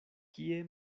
kie